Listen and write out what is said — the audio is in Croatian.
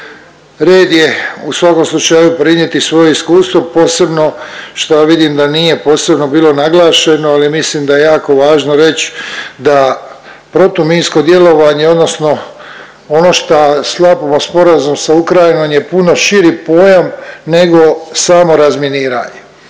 red je u svakom slučaju prenijeti svoje iskustvo, posebno šta vidim da nije posebno bilo naglašeno, ali mislim da je jako važno reć da protuminsko djelovanje odnosno ono šta sklapamo sporazum sa Ukrajinom je puno širi pojam nego samo razminiranje.